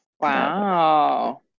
Wow